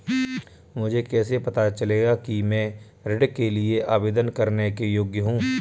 मुझे कैसे पता चलेगा कि मैं ऋण के लिए आवेदन करने के योग्य हूँ?